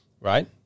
right